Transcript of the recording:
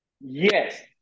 yes